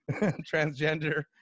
transgender